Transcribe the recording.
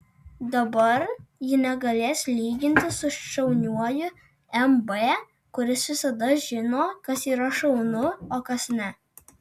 dabar ji negalės lygintis su šauniuoju mb kuris visada žino kas yra šaunu o kas ne